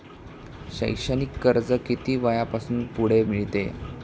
शैक्षणिक कर्ज किती वयापासून पुढे मिळते?